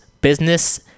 business